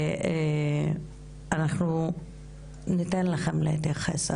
אנחנו ניתן לכם להתייחס,